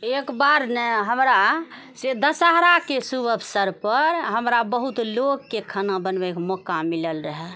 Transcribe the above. एक बार न हमरासे दशहराके शुभ अवसर पर हमरा बहुत लोकके खाना बनबयके मौका मिलल रहै